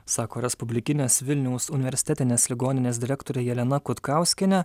sako respublikinės vilniaus universitetinės ligoninės direktorė jelena kutkauskienė